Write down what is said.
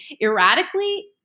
erratically